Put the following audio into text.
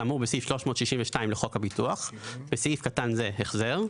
כאמור בסעיף 362 לחוק הביטוח (בסעיף קטן זה החזר),